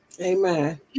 Amen